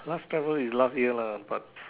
last travel is last year lah but